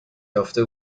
یافته